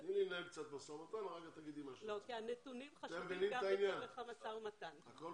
אני רוצה שמשרד הקליטה יקבל חלק מהכסף ואז משרד הקליטה